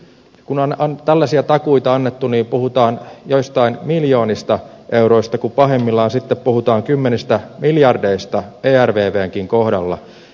kun on tällaisia takuita annettu niin puhutaan joistain miljoonista euroista kun pahimmillaan sitten puhutaan kymmenistä miljardeista ervvnkin kohdalla